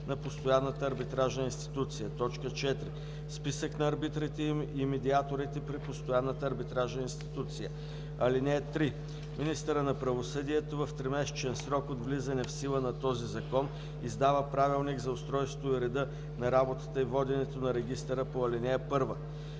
на постоянната арбитражна институция; 4. списък на арбитрите и медиаторите при постоянната арбитражна институция. (3) Министърът на правосъдието в 3-месечен срок от влизане в сила на този закон издава правилник за устройството и реда на работата и воденето на регистъра по ал. 1.